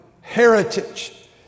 heritage